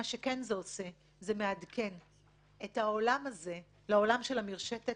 זה כן מעדכן את העולם הזה לעולם של המרשתת,